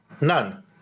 None